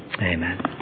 Amen